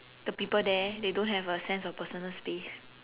the people there they don't have a sense of personal space